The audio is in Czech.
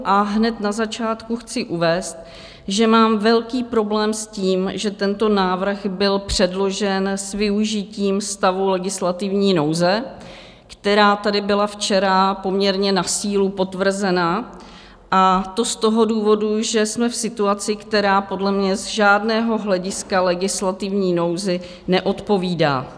A hned na začátku chci uvést, že mám velký problém s tím, že tento návrh byl předložen s využitím stavu legislativní nouze, která tady byla včera poměrně na sílu potvrzena, a to z toho důvodu, že jsme v situaci, která podle mě z žádného hlediska legislativní nouzi neodpovídá.